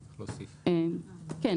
כן.